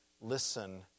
listen